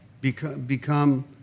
become